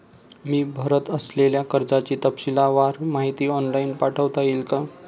मी भरत असलेल्या कर्जाची तपशीलवार माहिती ऑनलाइन पाठवता येईल का?